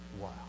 Wow